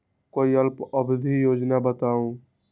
कोई अल्प अवधि योजना बताऊ?